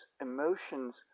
emotions